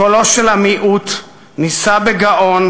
קולו של המיעוט, נישא בגאון,